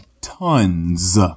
tons